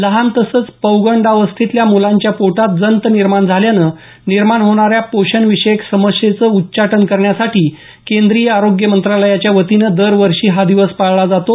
लहान तसंच पौगंडावस्थेतल्या मुलांच्या पोटात जंत निर्माण झाल्यानं निर्माण होणाऱ्या पोषण विषयक समस्येचं उच्चाटन करण्यासाठी केंद्रीय आरोग्य मंत्रालयाच्या वतीनं दरवर्षी हा दिवस पाळला जातो